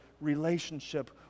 relationship